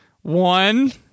One